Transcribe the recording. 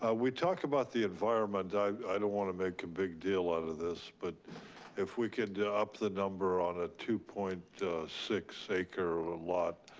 ah we talked about the environment. i don't want to make a big deal out of this. but if we could up the number on a two point six acre and lot,